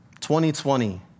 2020